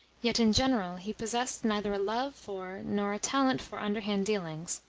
yet, in general, he possessed neither a love for nor a talent for underhand dealings,